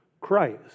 Christ